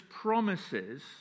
promises